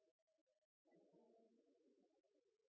taler